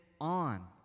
on